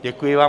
Děkuji vám.